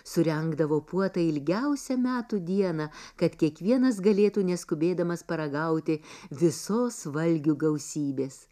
surengdavo puotą ilgiausią metų dieną kad kiekvienas galėtų neskubėdamas paragauti visos valgių gausybės